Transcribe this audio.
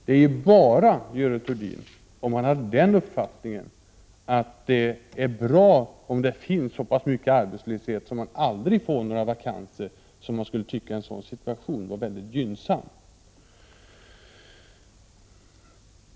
Det är bara, Görel Thurdin, om man har den uppfattningen att det är bra att det finns så pass mycket arbetslöshet att man aldrig får några vakanser, som man skulle tycka att en sådan situation vore mycket gynnsam.